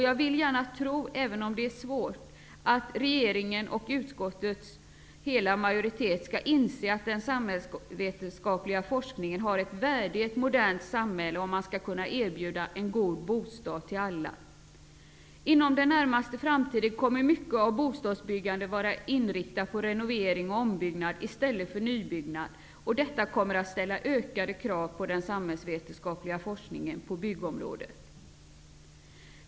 Jag vill gärna tro det, även om det är svårt, att regeringen och utskottets hela majoritet skall inse att den samhällsvetenskapliga forskningen har ett värde i ett modernt samhälle, om man skall kunna erbjuda en god bostad till alla. Inom den närmaste framtiden kommer mycket av bostadsbyggandet att vara inriktat på renovering och ombyggnad i stället för nybyggnad, och detta kommer att ställa ökade krav på den samhällsvetenskapliga forskningen på byggområdet.